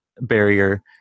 barrier